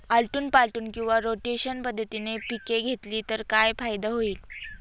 आलटून पालटून किंवा रोटेशन पद्धतीने पिके घेतली तर काय फायदा होईल?